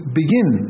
begin